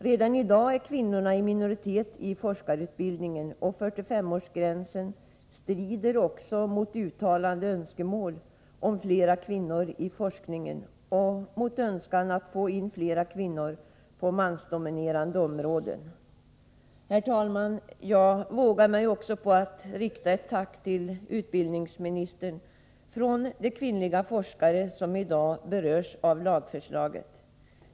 Redan i dag är kvinnorna i minoritet i forskarutbildningen. 45-årsgränsen strider också mot uttalade önskemål om flera kvinnor i forskningen och mot önskan att få in flera kvinnor på mansdominerade områden. Herr talman! Jag vågar mig också på att rikta ett tack till utbildningsministern från de kvinnliga forskare som i dag berörs av lagförslaget.